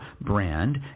brand